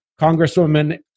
Congresswoman